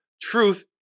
truth